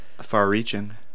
Far-reaching